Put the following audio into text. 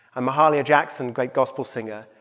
and mahalia jackson, great gospel singer,